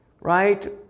right